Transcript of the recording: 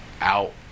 out